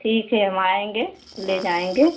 ठीक हम आएँगे ले जाएँगे